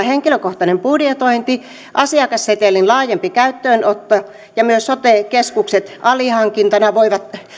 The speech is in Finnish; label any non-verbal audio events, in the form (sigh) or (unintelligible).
(unintelligible) henkilökohtainen budjetointi asiakassetelin laajempi käyttöönotto ja myös sote keskukset alihankintana voivat